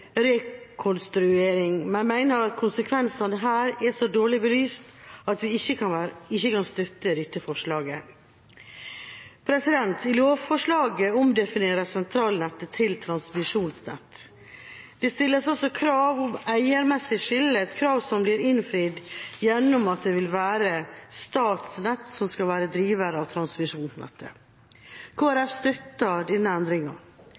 restrukturering, men mener konsekvensene her er så dårligt belyst at vi ikke kan støtte dette forslaget. I lovforslaget omdefineres sentralnettet til transmisjonsnett. Det stilles også krav om eiermessig skille, et krav som blir innfridd gjennom at det vil være Statnett som skal være driver av transmisjonsnettet. Kristelig Folkeparti støtter denne endringa.